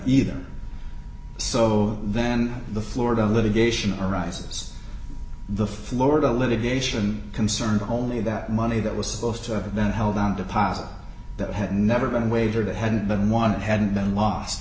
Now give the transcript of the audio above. either so then the florida litigation arises the florida litigation concerned only that money that was supposed to have been held on deposit that had never been wagered that hadn't been won and hadn't been lost